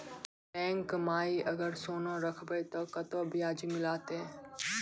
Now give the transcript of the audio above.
Bank माई अगर सोना राखबै ते कतो ब्याज मिलाते?